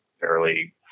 fairly